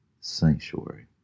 sanctuary